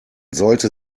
sollte